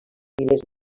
milers